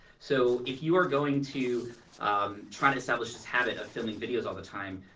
so if you are going to try to establish this habit of filming videos all the time,